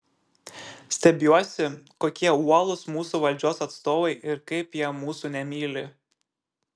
stebiuosi kokie uolūs mūsų valdžios atstovai ir kaip jie mūsų nemyli